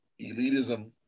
elitism